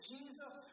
Jesus